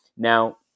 Now